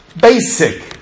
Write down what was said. basic